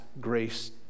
grace